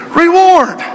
reward